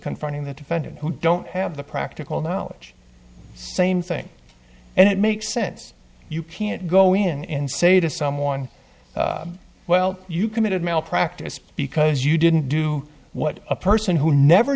confronting the defendant who don't have the practical knowledge same thing and it makes sense you can't go in and say to someone well you committed malpractise because you didn't do what a person who never